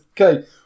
Okay